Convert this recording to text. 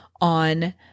on